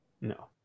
No